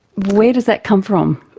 where does that come from?